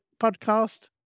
Podcast